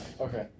Okay